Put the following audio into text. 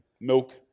milk